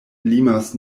limas